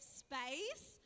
space